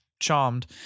charmed